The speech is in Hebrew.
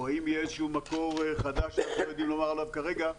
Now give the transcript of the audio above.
או אם יהיה איזשהו מקור חדש שעוד לא יודעים לומר עליו כרגע,